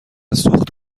سوخت